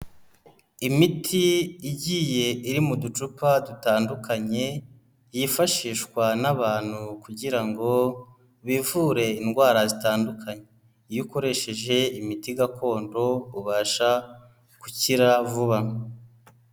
Imiti igiye iri mu ducupa dutandukanye, yifashishwa n'abantu kugira ngo bivure indwara zitandukanye. Iyo ukoresheje imiti gakondo, ubasha gukira vuba.